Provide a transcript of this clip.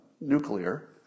nuclear